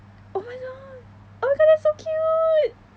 oh my god oh my god that's so cute